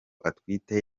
atwite